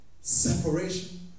separation